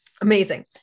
Amazing